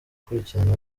gukurikirana